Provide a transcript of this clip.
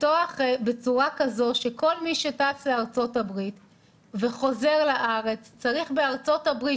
לפתוח בצורה כזו שכל מי שטס לארצות הברית וחוזר לארץ צריך בארצות הברית